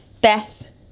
Beth